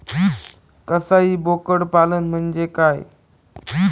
कसाई बोकड पालन म्हणजे काय?